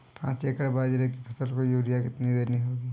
पांच एकड़ में बाजरे की फसल को यूरिया कितनी देनी होगी?